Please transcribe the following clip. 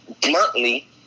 bluntly